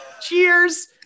Cheers